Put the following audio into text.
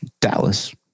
Dallas